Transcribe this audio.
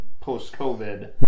post-COVID